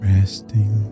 Resting